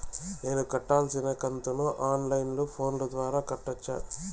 నేను కట్టాల్సిన కంతును ఆన్ లైను ఫోను ద్వారా కట్టొచ్చా?